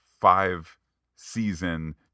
five-season